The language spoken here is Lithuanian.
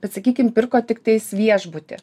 bet sakykim pirko tiktais viešbutį